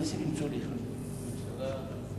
מצביע בעד הסרת הנושא מסדר-היום,